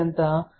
difference 0